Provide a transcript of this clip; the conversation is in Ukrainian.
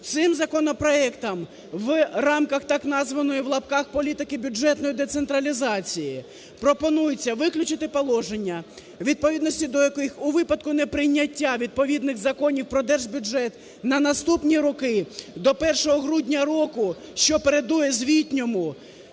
Цим законопроектом в рамках так названої (в лапках) "політики бюджетної децентралізації" пропонується виключити положення, у відповідності до яких у випадку неприйняття відповідних законів про держбюджет на наступні роки до 1 грудня року, що передує звітному